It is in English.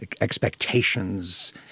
expectations